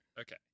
Okay